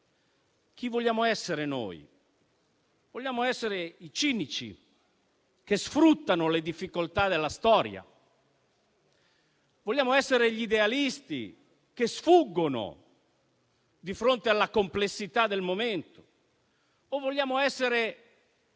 chi vogliamo essere. Vogliamo essere i cinici che sfruttano le difficoltà della storia? Vogliamo essere gli idealisti, che sfuggono di fronte alla complessità del momento? O vogliamo essere